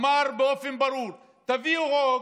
ואמר באופן ברור: תביאו חוק